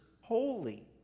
holy